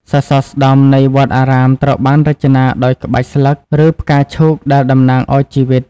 សសរស្ដម្ភ នៃវត្តអារាមត្រូវបានរចនាដោយក្បាច់ស្លឹក ឬផ្កាឈូកដែលតំណាងឱ្យជីវិត។